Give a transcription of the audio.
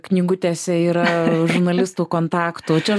knygutėse yra žurnalistų kontaktų čia